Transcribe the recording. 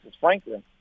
Franklin